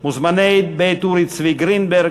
מוזמני בית אורי צבי גרינברג,